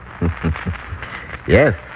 Yes